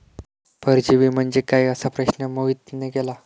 परजीवी म्हणजे काय? असा प्रश्न मोहितने केला